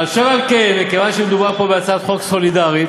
אשר על כן, מכיוון שמדובר פה בהצעת חוק סולידרית,